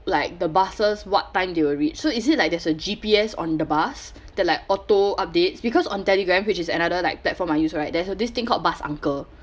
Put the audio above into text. like the buses what time they will reach so is it like there's a G_P_S on the bus that like auto updates because on telegram which is another like platform I use right there's this thing called bus uncle